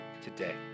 today